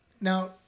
now